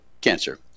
cancer